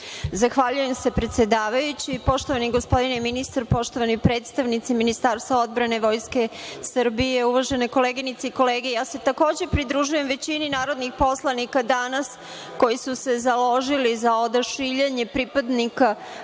Zahvaljujem se predsedavajući. Poštovani gospodine ministre, poštovani predstavnici Ministarstva odbrane Vojske Srbije, uvažene koleginice i kolege, ja se takođe pridružujem većini narodnih poslanika danas koji su se založili za odašiljanje pripadnika